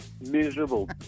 miserable